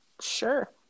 Sure